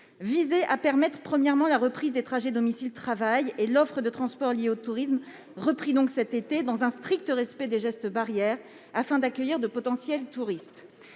visait à permettre, avant tout, la reprise des trajets domicile-travail. L'offre de transport liée au tourisme a repris cet été, dans le strict respect des gestes barrières, afin d'accueillir de potentiels touristes.